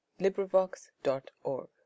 LibriVox.org